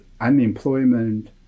unemployment